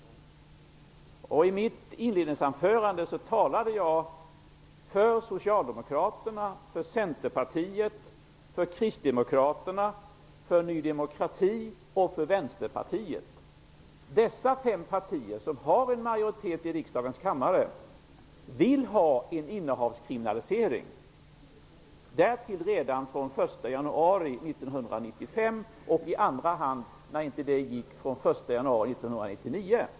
I mitt inledningsanförande talade jag för Vänsterpartiet. Dessa fem partier, som har en majoritet i riksdagens kammare, vill ha en innehavskriminalisering, därtill i första hand redan från den 1 januari 1995 och i andra hand, när inte det gick, från den 1 januari 1999.